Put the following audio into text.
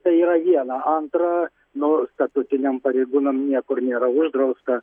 tai yra viena antra nu statutiniam pareigūnam niekur nėra uždrausta